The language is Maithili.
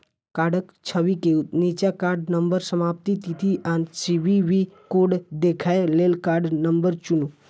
कार्डक छवि के निच्चा कार्ड नंबर, समाप्ति तिथि आ सी.वी.वी कोड देखै लेल कार्ड नंबर चुनू